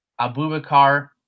abubakar